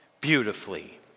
beautifully